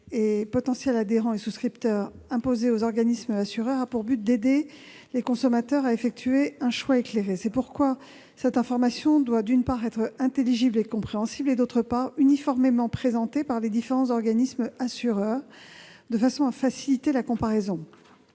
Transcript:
des potentiels adhérents et souscripteurs, qui est imposée aux organismes assureurs, a pour objectif d'aider les consommateurs à effectuer un choix éclairé. C'est pourquoi cette information doit être, d'une part, intelligible et compréhensible, et, d'autre part, uniformément présentée par les différents organismes assureurs, de façon à faciliter la comparaison.